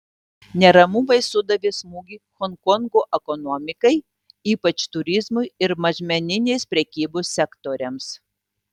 neramumai sudavė smūgį honkongo ekonomikai ypač turizmui ir mažmeninės prekybos sektoriams